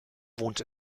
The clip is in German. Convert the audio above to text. wohnt